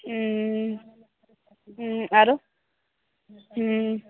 हूँ हूँ आरो हूँ